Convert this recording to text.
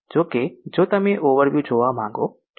જો કે જો તમે ઓવર વ્યૂ જોવા માંગો છો